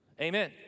Amen